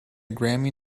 grammy